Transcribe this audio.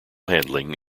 handling